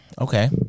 Okay